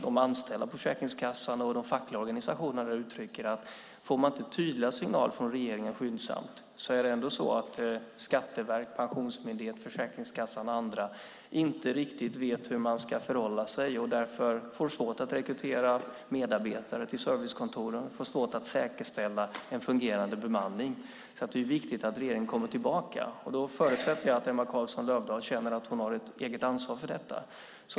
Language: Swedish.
De anställda på Försäkringskassan och de fackliga organisationerna uttrycker att får man inte skyndsamt tydliga signaler från regeringen vet inte Skatteverket, Pensionsmyndigheten, Försäkringskassan och andra riktigt hur man ska förhålla sig. De får svårt att rekrytera medarbetare till servicekontoren och att säkerställa en fungerande bemanning. Det är viktigt att regeringen kommer tillbaka. Jag förutsätter att Emma Carlsson Löfdahl känner att hon har ett eget ansvar för det.